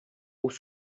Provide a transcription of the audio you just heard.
aux